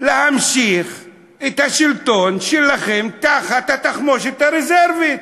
להמשיך את השלטון שלכם תחת התחמושת הרזרבית.